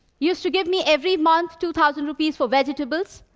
used to give me every month, two thousand rupees for vegetables.